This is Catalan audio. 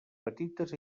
petites